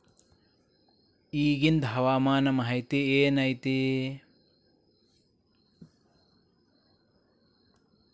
ಇಗಿಂದ್ ಹವಾಮಾನ ಮಾಹಿತಿ ಏನು ಐತಿ?